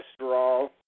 cholesterol